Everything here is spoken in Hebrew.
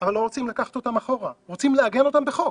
אבל לא רוצים לקחת אותם אחורה אלא לעגן אותם בחוק,